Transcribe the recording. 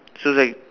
so it's like